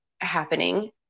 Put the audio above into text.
happening